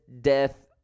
death